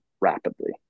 rapidly